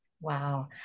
Wow